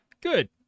Good